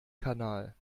kanal